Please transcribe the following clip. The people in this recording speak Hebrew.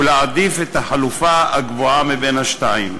ולהעדיף את החלופה הגבוהה מהשתיים,